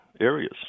areas